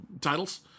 titles